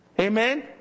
Amen